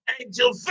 angel